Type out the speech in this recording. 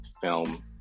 film